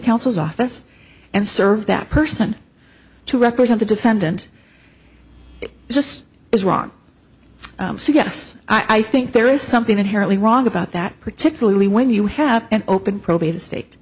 counsel's office and serve that person to represent the defendant just as wrong so yes i think there is something inherently wrong about that particularly when you have an open probate